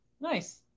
Nice